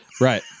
Right